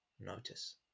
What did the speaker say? notice